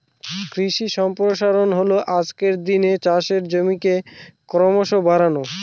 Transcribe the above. কৃষি সম্প্রসারণ হল আজকের দিনে চাষের জমিকে ক্রমশ বাড়ানো